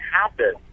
happen